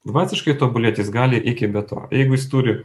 dvasiškai tobulėt jis gali iki be to jeigu jis turi